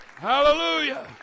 Hallelujah